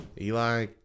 Eli